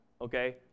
okay